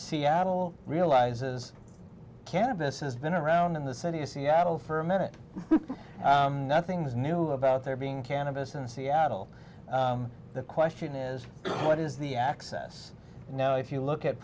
seattle realizes cannabis has been around in the city of seattle for a minute nothing's new about there being cannabis in seattle the question is what is the access now if you look at